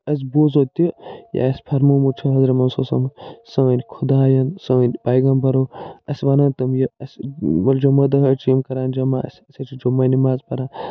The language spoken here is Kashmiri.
اَسہِ بوزو تہِ یہِ اَسہِ فرمومُت چھُ حضرت محمد صَلَّى اللّٰهُ عَلَيْهِ وَسَلَّم سٲنۍ خۄدین سٲنۍ پیغمبرو اَسہِ وَنان تِم یہِ اَسہِ جُمحہ دۄہ حظ چھِ یِم کَران جمعہ اَسہِ أسۍ حظ چھِ حُمعہ نِماز پَران